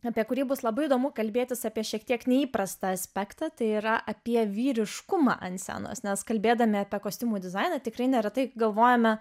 apie kurį bus labai įdomu kalbėtis apie šiek tiek neįprastą aspektą tai yra apie vyriškumą ant scenos nes kalbėdami apie kostiumų dizainą tikrai neretai galvojame